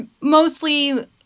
mostly